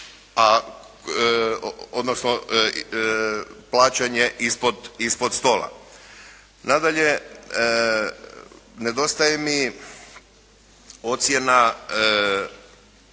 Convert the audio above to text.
odnosno plaćanje ispod stola. Nadalje, nedostaje mi ocjena